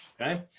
Okay